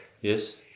Yes